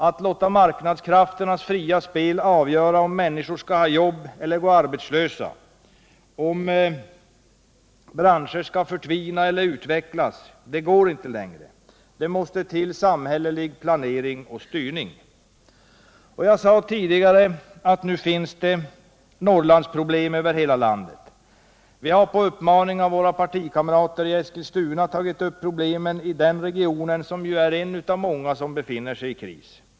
Att låta marknadskrafternas fria spel avgöra om människor skall ha jobb eller gå arbetslösa, om branscher skall förtvina eller utvecklas, det går inte längre. Det måste till samhällelig planering och styrning. Jag sade tidigare att det nu finns Norrlandsproblem över hela landet. Vi har på uppmaning av våra partikamrater i Eskilstuna tagit upp problemen i den regionen, som ju är en av många som befinner sig i kris.